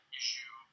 issue